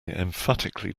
emphatically